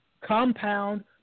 compound